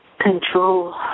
Control